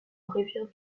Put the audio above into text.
rivière